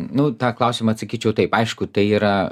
nu tą klausimą atsakyčiau taip aišku tai yra